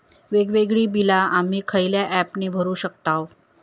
वेगवेगळी बिला आम्ही खयल्या ऍपने भरू शकताव?